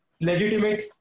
legitimate